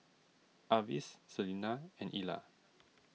Avis Selina and Ila